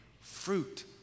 fruit